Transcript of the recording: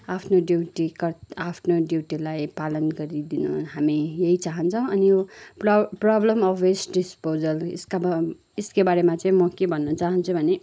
आफनो ड्युटी कर आफनो ड्युटीलाई पालन गरिदिन हामी यही चहान्छौँ अनि यो प्लब प्रबलम अफ् वेस्ट डिस्पोजल इस्काबा यसको बारेमा चाहिँ म के भन्न चहान्छु भने